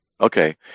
Okay